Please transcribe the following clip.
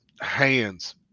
hands